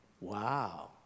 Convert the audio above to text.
Wow